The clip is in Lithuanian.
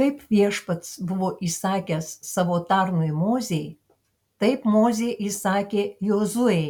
kaip viešpats buvo įsakęs savo tarnui mozei taip mozė įsakė jozuei